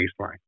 baseline